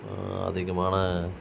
அதிகமான